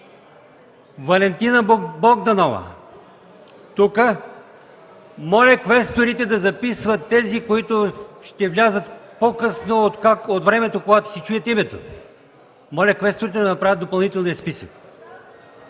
Василева Богданова - тук. Моля квесторите да записват тези, които ще влязат по-късно от времето, когато си чуят името. Моля квесторите да направят допълнителния списък!